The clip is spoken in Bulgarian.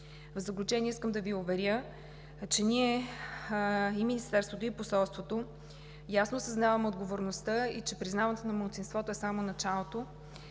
В заключение, искам да Ви уверя, че ние – и Министерството, и посолството, ясно съзнаваме отговорността и че признаването на малцинството е само началото.